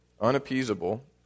unappeasable